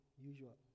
usual